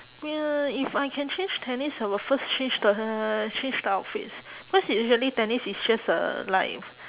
ya if I can change tennis I will first change the change the outfits cause usually tennis is just uh like